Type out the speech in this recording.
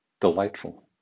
delightful